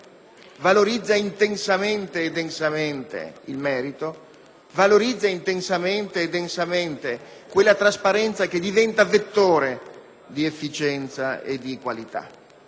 valorizza intensamente e densamente il merito, valorizza intensamente e densamente quella trasparenza che diventa vettore di efficienza e di qualità.